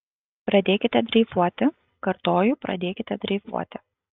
pradėkite dreifuoti kartoju pradėkite dreifuoti